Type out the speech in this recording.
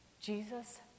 Jesus